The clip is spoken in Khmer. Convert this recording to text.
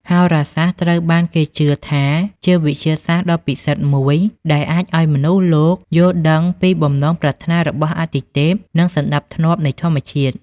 ហោរាសាស្ត្រត្រូវបានគេជឿថាជាវិទ្យាសាស្ត្រដ៏ពិសិដ្ឋមួយដែលអាចឲ្យមនុស្សលោកយល់ដឹងពីបំណងប្រាថ្នារបស់អាទិទេព និងសណ្តាប់ធ្នាប់នៃធម្មជាតិ។